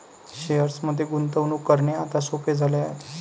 शेअर्समध्ये गुंतवणूक करणे आता सोपे झाले आहे